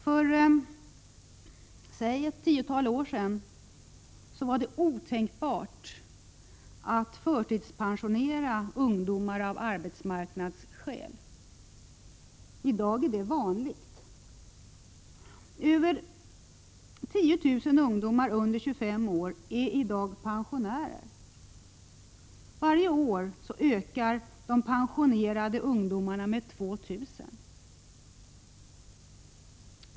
För ett tiotal år sedan var det otänkbart att förtidspensionera ungdomar av arbetsmarknadsskäl. I dag är det vanligt. Över 10 000 under 25 år är i dag pensionärer. Varje år ökar antalet pensionerade ungdomar med 2 000.